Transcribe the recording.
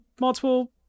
multiple